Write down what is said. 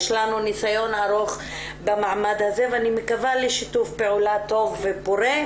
יש לנו נסיון ארוך במעמד הזה ואני מקווה לשיתוף פעולה טוב ופורה,